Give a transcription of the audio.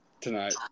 tonight